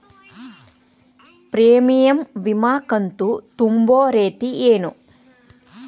Premium ವಿಮಾ ಕಂತು ತುಂಬೋ ರೇತಿ ಏನು?